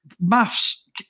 Maths